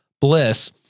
Bliss